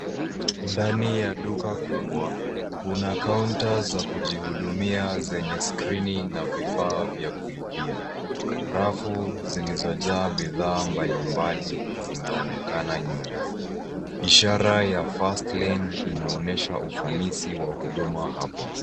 Ndani ya duka kubwa kuna kaunta za kujihudumia zenye skrini na vifaa vya kulipia. Rafu zilizojaa bidhaa mbalimbali zinaonekana nyuma. Ishara ya (cs)fast lane(cs) inaonyesha ufanisi wa huduma hapo.